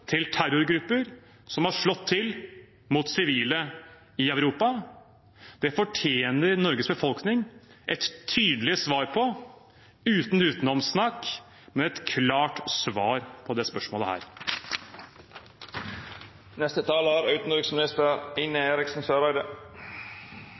til terrorgrupper som har slått til mot sivile i Europa? Det fortjener Norges befolkning et tydelig svar på – ikke utenomsnakk, men et klart svar på dette spørsmålet.